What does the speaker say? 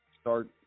start